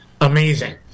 amazing